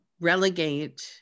relegate